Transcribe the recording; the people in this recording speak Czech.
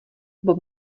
bob